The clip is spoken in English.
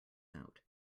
out